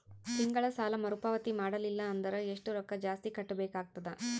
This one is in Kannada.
ತಿಂಗಳ ಸಾಲಾ ಮರು ಪಾವತಿ ಮಾಡಲಿಲ್ಲ ಅಂದರ ಎಷ್ಟ ರೊಕ್ಕ ಜಾಸ್ತಿ ಕಟ್ಟಬೇಕಾಗತದ?